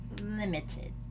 limited